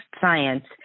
science